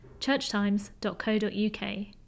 churchtimes.co.uk